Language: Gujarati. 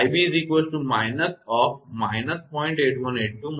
તેથી 𝑖𝑏 −−0